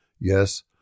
Yes